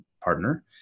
partner